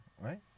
Right